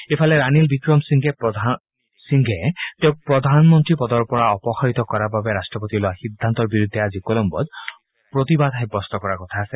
ইফালে ৰাণিল বিক্ৰমসিংঘে তেওঁক প্ৰধানমন্ত্ৰী পদৰ পৰা অপসাৰিত কৰাৰ বাবে ৰাট্টপতিয়ে লোৱা সিদ্ধান্তৰ বিৰুদ্ধে আজি কলম্বোত প্ৰতিবাদ সাব্যস্ত কৰাৰ কথা আছে